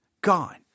Gone